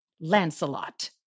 Lancelot